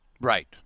Right